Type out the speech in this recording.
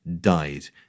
died